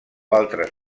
altres